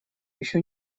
еще